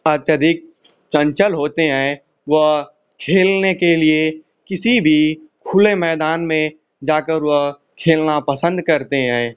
अत्यधिक चंचल होते हैं वह खेलने के लिए किसी भी खुले मैदान में जाकर वह खेलना पसंद करते हैं